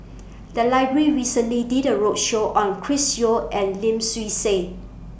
The Library recently did A roadshow on Chris Yeo and Lim Swee Say